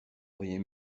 auriez